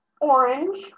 orange